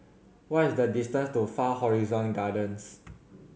what is the distance to Far Horizon Gardens